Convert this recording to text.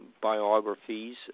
biographies